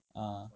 ah